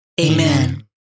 Amen